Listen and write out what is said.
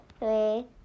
three